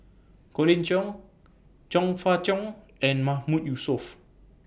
Colin Cheong Chong Fah Cheong and Mahmood Yusof